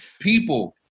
people